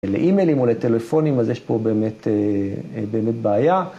לאימיילים או לטלפונים אז יש פה באמת בעיה.